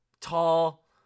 tall